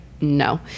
No